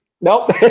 Nope